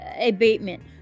abatement